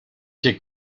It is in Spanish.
que